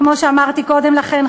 כמו שאמרתי קודם לכן,